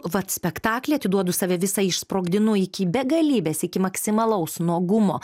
vat spektakly atiduodu save visą išsprogdinu iki begalybės iki maksimalaus nuogumo